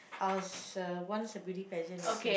I was uh once a beauty pageant let's say